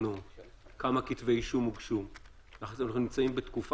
בוא נחכה ואחרי זה גם נעיר לכולם.